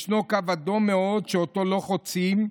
יש קו אדום מאוד שאותו לא חוצים,